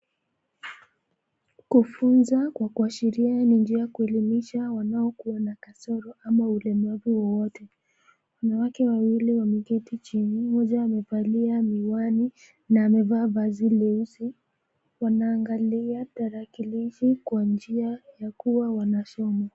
Kufunza kwa kuashiria ni njia ya kuelimisha wanaokuwa na kasoro ama ulemavu wowote. Wanawake wawili wameketi chini, mmoja amevalia miwani na amevaa vazi nyeusi. Wanaangalia tarakilishi kwa njia ya kuwa wanasoma.